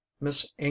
Miss